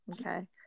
okay